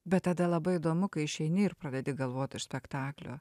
bet tada labai įdomu kai išeini ir pradedi galvot iš spektaklio